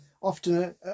often